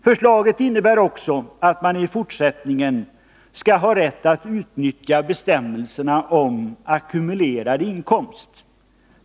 Förslaget innebär också att man i fortsättningen skall ha rätt att utnyttja bestämmelserna om ackumulerad inkomst.